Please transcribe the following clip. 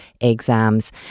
exams